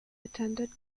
attended